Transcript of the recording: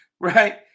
right